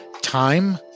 time